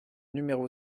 numéro